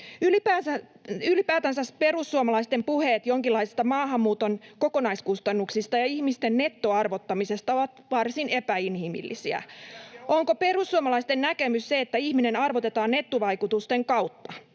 Ylipäätänsä perussuomalaisten puheet jonkinlaisista maahanmuuton kokonaiskustannuksista ja ihmisten nettoarvottamisesta ovat varsin epäinhimillisiä. Onko perussuomalaisten näkemys se, että ihminen arvotetaan nettovaikutusten kautta?